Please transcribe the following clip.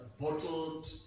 bottled